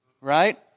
right